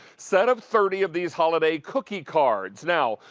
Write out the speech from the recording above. set of thirty of these holiday cookie cards. now,